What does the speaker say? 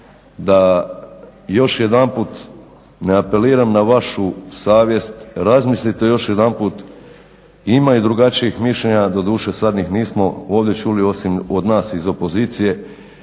da još jedanput ne apeliram na vašu savjest, razmislite još jedan put, ima i drugačijih mišljenja, doduše sad ih nismo ovdje čuli osim od nas iz opozicije,